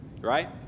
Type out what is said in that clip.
Right